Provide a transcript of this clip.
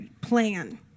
plan